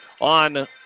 on